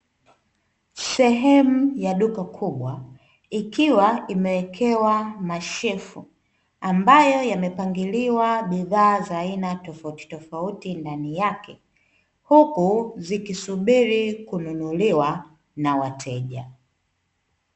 Sehemu ya duka kubwa ikiwa imewekewa mashelfu, ambayo yamepangiliwa bidhaa za aina tofauti tofauti ndani yake, huku zikisubiri kununuliwa na wateja.